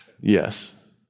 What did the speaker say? Yes